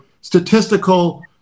statistical